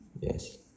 Yes